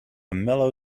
mellow